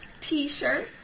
t-shirt